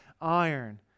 iron